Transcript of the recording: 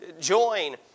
join